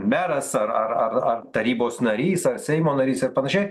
meras ar ar ar ar tarybos narys ar seimo narys ir panašiai